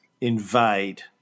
invade